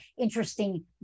interesting